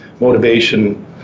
motivation